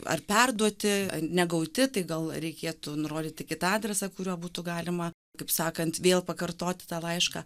ar perduoti ar negauti tai gal reikėtų nurodyti kitą adresą kuriuo būtų galima kaip sakant vėl pakartoti tą laišką